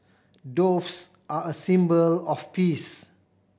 doves are a symbol of peace